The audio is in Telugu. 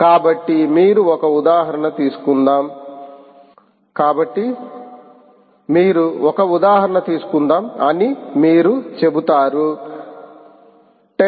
కాబట్టి మీరు ఒక ఉదాహరణ తీసుకుందాం అని మీరు చెబుతారు 10